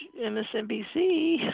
MSNBC